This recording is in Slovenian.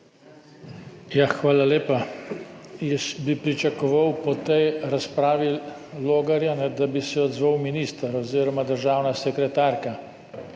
Hvala lepa. Jaz bi pričakoval po tej razpravi Logarja, da bi se odzval minister oziroma državna sekretarka